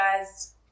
guys